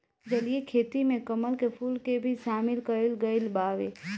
जलीय खेती में कमल के फूल के भी शामिल कईल गइल बावे